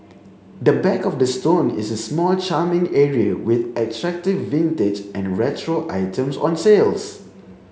the back of the store is a small charming area with attractive vintage and retro items on sales